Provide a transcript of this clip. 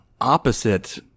opposite